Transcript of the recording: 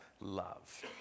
love